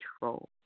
control